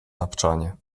tapczanie